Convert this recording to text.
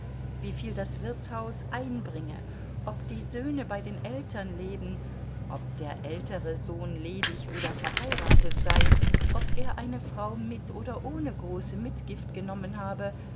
wieviel das wirtshaus einbringe ob die söhne bei den eltern leben ob der ältere sohn ledig oder verheiratet sei ob er eine frau mit oder ohne große mitgift genommen habe